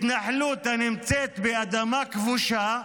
התנחלות שנמצאת באדמה כבושה,